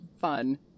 Fun